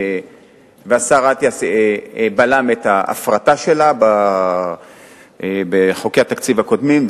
השר אטיאס בלם את ההפרטה שלה בחוקי התקציב הקודמים,